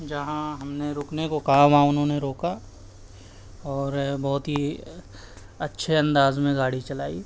جہاں ہم نے رکنے کو کہا وہاں انہوں نے روکا اور بہت ہی اچّھے انداز میں گاڑی چلائی